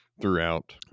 throughout